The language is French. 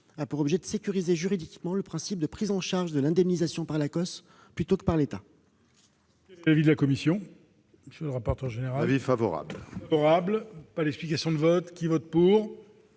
a pour objet de sécuriser juridiquement le principe de prise en charge de l'indemnisation par l'Acoss plutôt que par l'État.